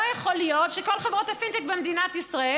לא יכול להיות שכל חברות הפינטק במדינת ישראל